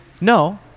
No